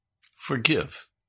forgive